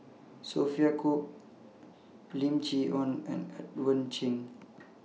Sophia Cooke Lim Chee Onn and Edmund Cheng